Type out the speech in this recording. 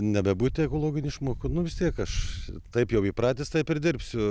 nebebūti ekologinių išmokų nu vis tiek aš taip jau įpratęs taip ir dirbsiu